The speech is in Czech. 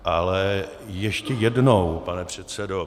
Ale ještě jednou, pane předsedo.